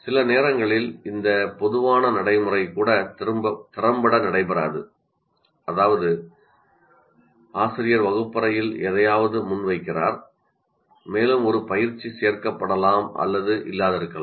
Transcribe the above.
சில நேரங்களில் இந்த பொதுவான நடைமுறை கூட திறம்பட நடைபெறாது அதாவது ஆசிரியர் வகுப்பறையில் எதையாவது முன்வைக்கிறார் மேலும் ஒரு பயிற்சி சேர்க்கப்படலாம் அல்லது இல்லாதிருக்கலாம்